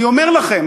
אני אומר לכם,